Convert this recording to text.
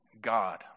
God